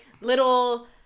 little